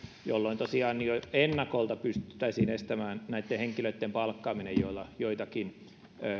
jolloin tosiaan jo ennakolta pystyttäisiin estämään näitten henkilöitten palkkaaminen joilla joitakin